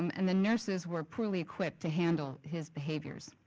um and the nurses were poorly equipped to handle his behaviors.